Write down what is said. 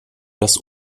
das